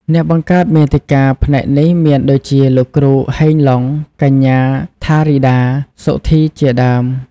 អ្នកបង្កើតមាតិកាផ្នែកនេះមានដូចជា លោកគ្រូ ហេង ឡុង, កញ្ញា ថារីដា សុធីជាដើម។